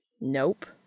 Nope